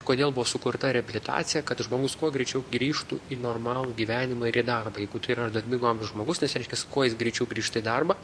kodėl buvo sukurta reabilitacija kad žmogus kuo greičiau grįžtų į normalų gyvenimą ir į darbą jeigu tai yra darbingo amžiaus žmogus nes reiškias kuo jis greičiau grįžta į darbą